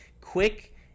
quick